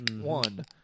One